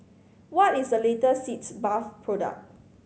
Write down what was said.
what is the latest Sitz Bath product